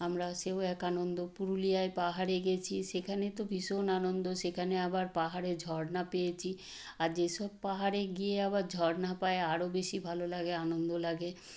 আমরা সেও এক আনন্দ পুরুলিয়ায় পাহাড়ে গেছি সেখানে তো ভীষণ আনন্দ সেখানে আবার পাহাড়ে ঝর্ণা পেয়েছি আর যেসব পাহাড়ে গিয়ে আবার ঝর্ণা পাই আরও বেশি ভালো লাগে আনন্দ লাগে